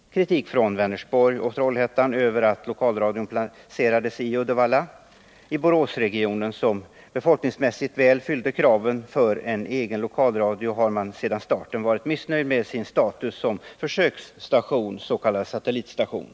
Kritik kom från Vänersborg och Trollhättan mot att lokalradion placerades i Uddevalla. I Boråsregionen, som befolkningsmässigt fyller kraven väl för en egen lokalradio, har man sedan starten varit missnöjd med sin status som försöksstation, s.k. satellitstation.